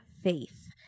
Faith